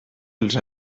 els